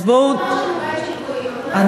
שאנחנו בית של גויים, אבל מה זה קשור?